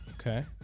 Okay